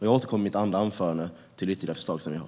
Jag återkommer i mitt andra anförande till ytterligare förslag som vi har.